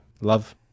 love